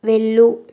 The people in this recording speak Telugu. వెళ్ళు